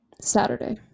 Saturday